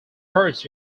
hurt